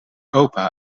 opa